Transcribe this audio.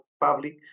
public